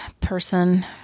person